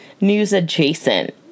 news-adjacent